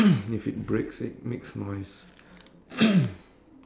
easy to carry around without worrying about it being damaged